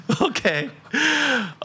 Okay